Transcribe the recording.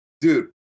Dude